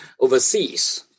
overseas